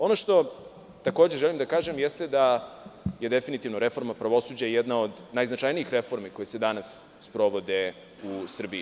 Ono što takođe želim da kažem jeste da je definitivno reforma pravosuđa jedna od najznačajnijih reformi koje se danas sprovode u Srbiji.